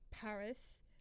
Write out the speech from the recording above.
paris